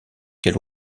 quel